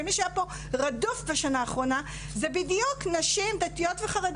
ומי שהיה פה רדוף בשנה האחרונה זה בדיוק נשים דתיות וחרדיות